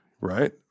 right